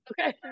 Okay